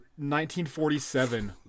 1947